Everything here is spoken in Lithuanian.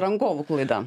rangovų klaida